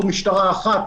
זו משטרה אחת,